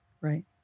Right